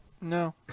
No